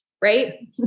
Right